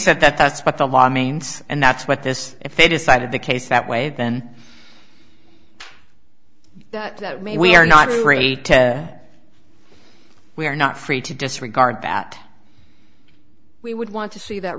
said that that's what the law means and that's what this if they decided the case that way then that we are not ready to we are not free to disregard pat we would want to see that